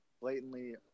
blatantly